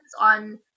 on